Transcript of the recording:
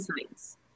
science